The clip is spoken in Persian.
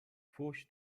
فحش